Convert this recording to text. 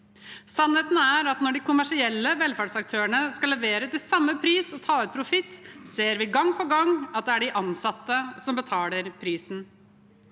Sannheten er at når de kommersielle velferdsaktørene skal levere til samme pris og ta ut profitt, ser vi gang på gang at det er de ansatte som betaler prisen.